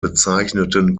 bezeichneten